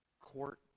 court